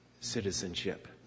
citizenship